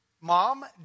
mom